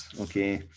Okay